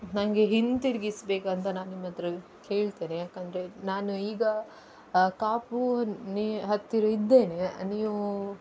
ನನ್ಗೆ ಹಿಂತಿರ್ಗಿಸಬೇಕು ಅಂತ ನಾನು ನಿಮ್ಮತ್ತಿರ ಕೇಳ್ತೇನೆ ಯಾಕೆಂದ್ರೆ ನಾನು ಈಗ ಕಾಪು ನ ಹತ್ತಿರ ಇದ್ದೇನೆ ನೀವು